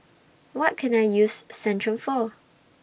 What Can I use Centrum For